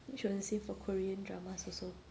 for korean dramas also